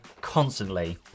constantly